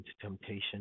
temptation